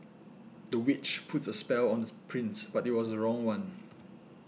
the witch puts a spell on the prince but it was the wrong one